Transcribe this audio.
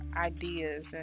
ideas